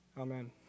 Amen